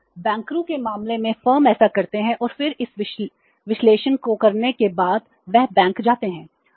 तो बैंकरों के मामले में फर्म ऐसा करते हैं और फिर इस विश्लेषण को करने के बाद वे बैंक जाते हैं